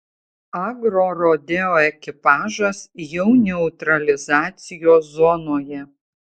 agrorodeo ekipažas jau neutralizacijos zonoje